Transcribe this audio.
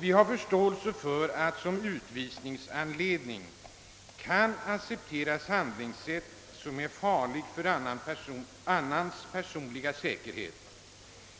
Vi har förståelse för att man som utvisningsanledning kan ange handlingssätt, som är farligt för annans personliga säkerhet